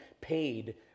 paid